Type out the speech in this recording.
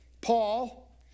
Paul